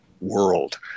world